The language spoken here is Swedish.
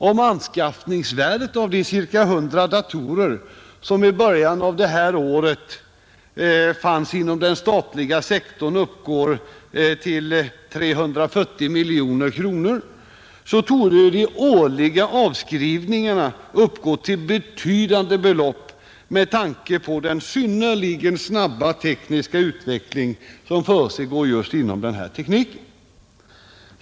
Om anskaffningsvärdet av de ca 100 datorer som i början av det här året fanns inom den statliga sektorn är 340 miljoner kronor, torde de årliga avskrivningarna uppgå till betydande belopp med tanke på den synnerligen snabba tekniska utveckling som försiggår just inom denna teknik.